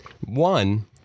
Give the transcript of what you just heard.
One